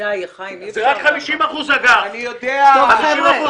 אני יודע בדיוק כמה זה,